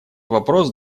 вопрос